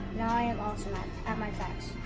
now i am awesome at my facts.